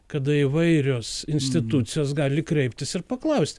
kada įvairios institucijos gali kreiptis ir paklaust